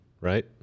Right